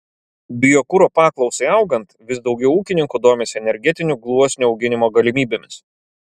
biokuro paklausai augant vis daugiau ūkininkų domisi energetinių gluosnių auginimo galimybėmis